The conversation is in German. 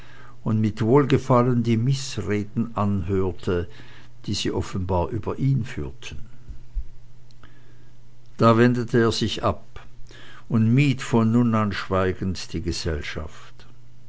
und mit wohlgefallen die mißreden mit anhörte die sie offenbar über ihn führten da wendete er sich ab und mied von nun an schweigend die gesellschaft